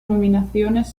nominaciones